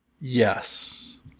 Yes